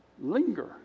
linger